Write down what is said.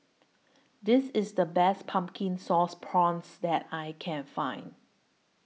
This IS The Best Pumpkin Sauce Prawns that I Can Find